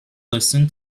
listen